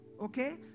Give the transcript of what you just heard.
okay